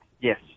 Yes